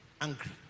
angry